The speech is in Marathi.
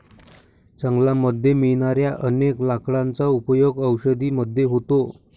जंगलामध्ये मिळणाऱ्या अनेक लाकडांचा उपयोग औषधी मध्ये होतो